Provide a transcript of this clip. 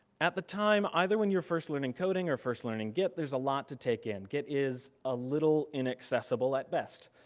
at the time, either when you're first learning coding or first learning git there's a lot to take in. git is a little inaccessible at best.